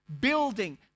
building